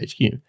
hq